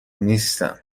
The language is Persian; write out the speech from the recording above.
نیستم